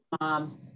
moms